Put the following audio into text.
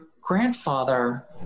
grandfather